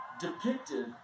depicted